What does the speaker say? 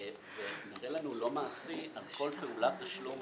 כי זה נראה לנו לא מעשי שעל כל פעולת תשלום